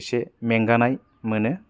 एसे मेंगानाय मोनो